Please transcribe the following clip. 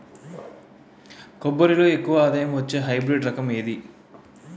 కొబ్బరి లో ఎక్కువ ఆదాయం వచ్చే హైబ్రిడ్ రకం ఏది?